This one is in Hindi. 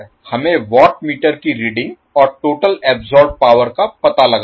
हमें वाट मीटर की रीडिंग और टोटल अब्सोर्बेड पावर का पता लगाना है